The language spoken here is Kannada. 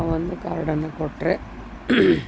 ಆ ಒಂದು ಕಾರ್ಡನ್ನು ಕೊಟ್ಟರೆ